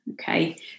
okay